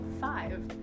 five